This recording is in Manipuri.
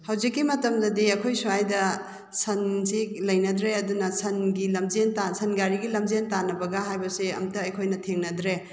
ꯍꯧꯖꯤꯛꯀꯤ ꯃꯇꯝꯗꯗꯤ ꯑꯩꯈꯣꯏ ꯁ꯭ꯋꯥꯏꯗ ꯁꯟꯁꯤ ꯂꯩꯅꯗ꯭ꯔꯦ ꯑꯗꯨꯅ ꯁꯟꯒꯤ ꯂꯝꯖꯦꯟ ꯁꯟꯒꯥꯔꯤꯒꯤ ꯂꯝꯖꯦꯟ ꯇꯥꯅꯕꯒ ꯍꯥꯏꯕꯁꯦ ꯑꯝꯇ ꯑꯩꯈꯣꯏꯅ ꯊꯦꯡꯅꯗ꯭ꯔꯦ